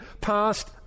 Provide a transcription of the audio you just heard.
past